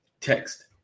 Text